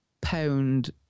pound